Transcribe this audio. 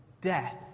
death